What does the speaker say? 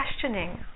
questioning